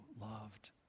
loved